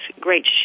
great